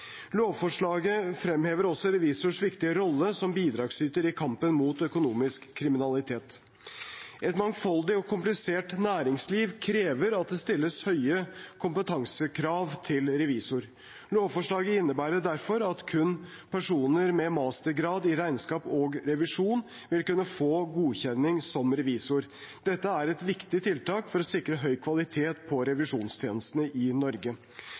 Lovforslaget fremhever også revisors viktige rolle som bidragsyter i kampen mot økonomisk kriminalitet. Et mangfoldig og komplisert næringsliv krever at det stilles høye kompetansekrav til revisor. Lovforslaget innebærer derfor at kun personer med mastergrad i regnskap og revisjon vil kunne få godkjenning som revisor. Dette er et viktig tiltak for å sikre høy kvalitet på revisjonstjenestene i Norge.